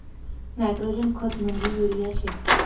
nitrogen खत म्हंजी urea शे